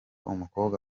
umukobwa